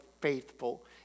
faithful